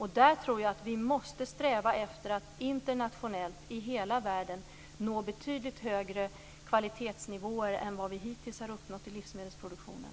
Här tror jag att vi måste sträva efter att internationellt, i hela världen, nå betydligt högre kvalitetsnivåer än vad vi hittills har uppnått i livsmedelsproduktionen.